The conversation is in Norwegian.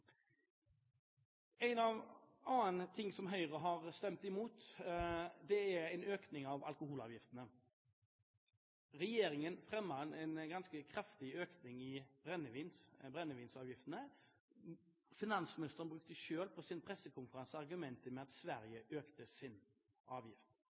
opp. En annen ting som Høyre har gått imot, er en økning av alkoholavgiftene. Regjeringen fremmet en ganske kraftig økning i brennevinsavgiftene. Finansministeren brukte selv i sin pressekonferanse argumentet med at Sverige økte sin avgift.